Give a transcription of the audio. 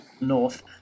north